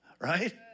right